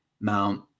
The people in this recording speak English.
Mount